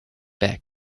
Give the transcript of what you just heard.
bag